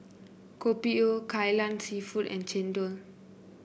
Kopi O Kai Lan seafood and chendol